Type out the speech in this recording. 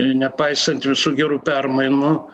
nepaisant visų gerų permainų